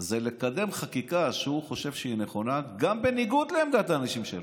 זה לקדם חקיקה שהוא חושב שהיא נכונה גם בניגוד לעמדת האנשים שלו.